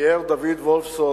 תיאר דוד וולפסון,